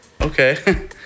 Okay